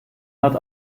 hat